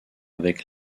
avec